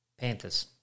Panthers